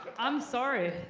i'm sorry.